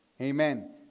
Amen